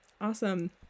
Awesome